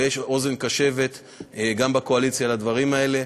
ויש אוזן קשבת גם בקואליציה לדברים האלה.